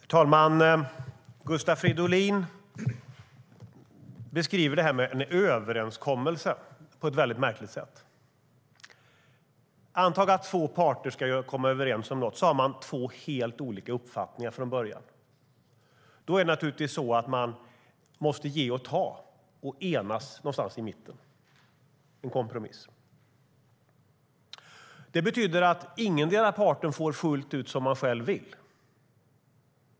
Herr talman! Gustav Fridolin beskriver detta med en överenskommelse på ett väldigt märkligt sätt. Anta att två parter ska komma överens om något och från början har två helt olika uppfattningar. Då måste man ge och ta, enas någonstans i mitten och kompromissa. Det betyder att ingendera parten får fullt ut som man själv vill.